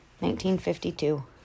1952